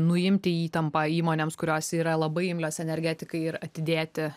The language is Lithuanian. nuimti įtampą įmonėms kurios yra labai imlios energetikai ir atidėti